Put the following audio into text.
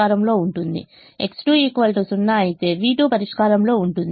X2 0 v2 పరిష్కారంలో ఉంది